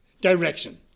Direction